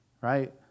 Right